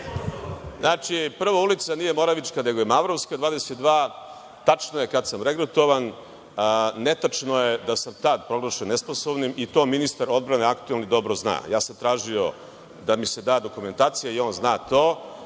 Znači, prvo, ulica nije Moravička, nego je Mavrovska 22. Tačno je kad sam regrutovan. Netačno je da sam tada proglašen nesposobnim, i to ministar odbrane, aktuelni, dobro zna. Tražio sam da mi se da dokumentacija i on zna to.